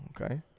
Okay